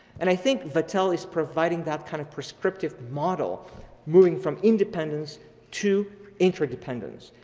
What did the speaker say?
and i think vattel is providing that kind of prescriptive model moving from independence to interdependence.